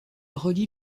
relie